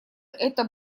это